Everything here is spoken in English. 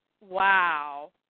wow